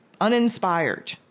uninspired